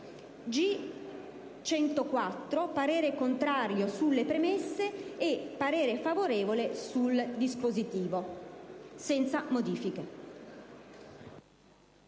G104, il parere è contrario sulle premesse, mentre è favorevole sul dispositivo, senza modifiche.